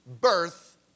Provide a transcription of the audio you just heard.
birth